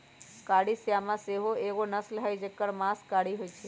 कारी श्यामा सेहो एगो नस्ल हई जेकर मास कारी होइ छइ